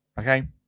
Okay